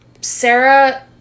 Sarah